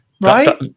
Right